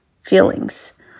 feelings